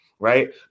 right